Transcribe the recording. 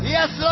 Yes